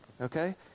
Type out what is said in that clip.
Okay